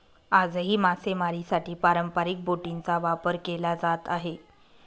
आजही मासेमारीसाठी पारंपरिक बोटींचा वापर केला जात आहे